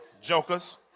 Jokers